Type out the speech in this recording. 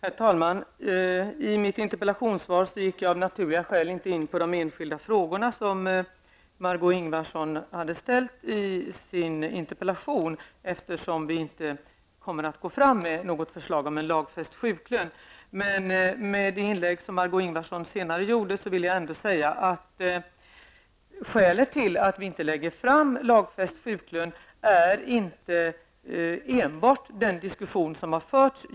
Herr talman! I mitt interpellationssvar gick jag av naturliga skäl inte in på de enskilda frågor som Margó Ingvardsson hade ställt i sin interpellation, eftersom regeringen inte kommer att lämna något förslag om en lagfäst sjuklön. Men efter Margó Ingvardssons senare inlägg vill jag ändå säga, att skälet till att regeringen inte lägger fram ett förslag om en lagfäst sjuklön inte enbart är den diskussion som har förts.